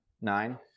Nine